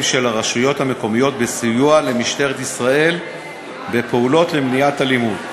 של הרשויות המקומיות בסיוע למשטרת ישראל בפעולות למניעת אלימות.